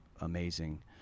amazing